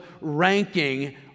ranking